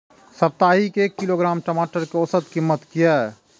साप्ताहिक एक किलोग्राम टमाटर कै औसत कीमत किए?